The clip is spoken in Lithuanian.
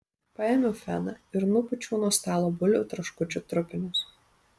paėmiau feną ir nupūčiau nuo stalo bulvių traškučių trupinius